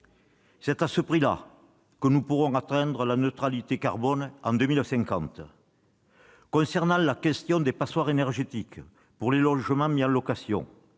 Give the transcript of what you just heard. C'est à ce prix que nous pourrons atteindre la neutralité carbone en 2050. Concernant la question des passoires énergétiques dans les logements mis en location,